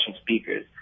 speakers